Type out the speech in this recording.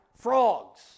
frogs